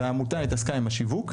והעמותה התעסקה עם השיווק,